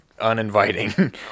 uninviting